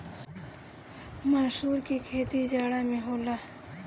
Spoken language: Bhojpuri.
मसूर के खेती जाड़ा में होला